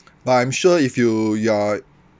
but I'm sure if you you're